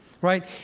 right